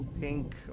pink